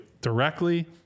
directly